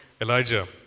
Elijah